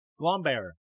Glomber